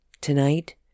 Tonight